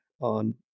on